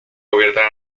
cubierta